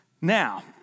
Now